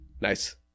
Nice